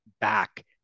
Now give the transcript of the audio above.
back